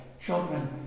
children